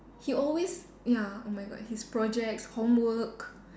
he always ya oh my god his projects homework